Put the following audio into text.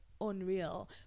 unreal